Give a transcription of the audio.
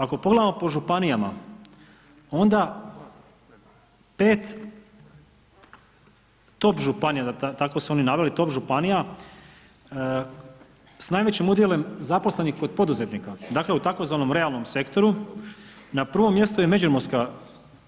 Ako pogledamo po županijama onda 5 top županija, tako su oni naveli, top županija s najvećim udjelom zaposlenih kod poduzetnika, dakle u tzv. realnom sektoru na prvom mjestu je Međimurska